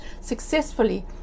successfully